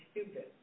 stupid